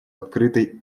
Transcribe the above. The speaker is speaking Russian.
открытый